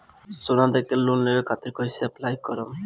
सोना देके लोन लेवे खातिर कैसे अप्लाई करम?